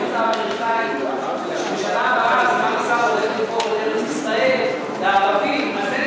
בשנה הבאה בארץ-ישראל לערבים, אז אין